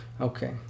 okay